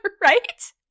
right